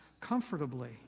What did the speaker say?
comfortably